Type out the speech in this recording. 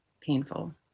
painful